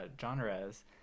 genres